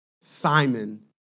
Simon